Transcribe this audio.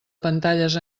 pantalles